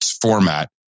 format